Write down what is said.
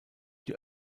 die